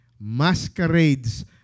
masquerades